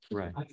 right